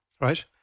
right